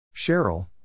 Cheryl